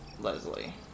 Leslie